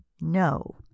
no